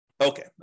Okay